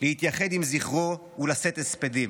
להתייחד עם זכרו ולשאת הספדים.